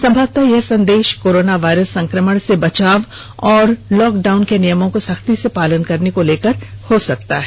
संभवतः यह संदेष कोरोना वायरस संकमण से बचाव और लॉकडाउन के नियमों को सख्ती से पालन करने को लेकर हो सकता है